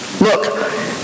Look